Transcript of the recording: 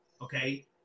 okay